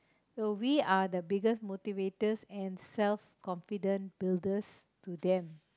so we are the biggest motivators and self confidence builders to them